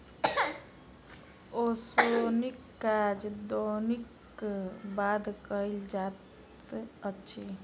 ओसौनीक काज दौनीक बाद कयल जाइत अछि